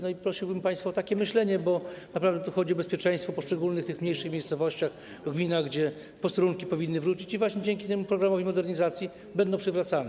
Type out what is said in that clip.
No i prosiłbym państwa o takie myślenie, bo naprawdę tu chodzi o bezpieczeństwo w tych poszczególnych mniejszych miejscowościach, gminach, gdzie posterunki powinny wrócić i właśnie dzięki temu programowi modernizacji będą przywracane.